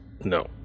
No